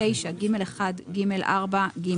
בסעיף 9(ג1ג)(4)(ג),